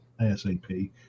asap